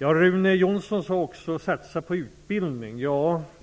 Ingvar Johnsson sade också att man skall satsa på utbildning.